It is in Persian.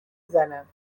زنم